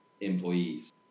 employees